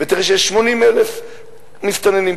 ותראה שיש 80,000 מסתננים,